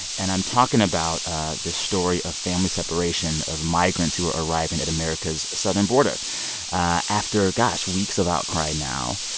and i'm talking about this story of family separation of migrants who are arriving at america's southern border after gosh weeks of outcry now,